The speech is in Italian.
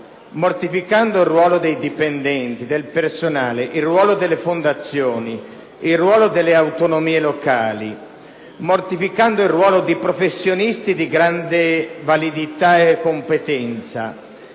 mortificare il ruolo dei dipendenti, del personale, delle fondazioni e delle autonomie locali, nonché il ruolo di professionisti di grande validità e competenza.